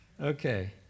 Okay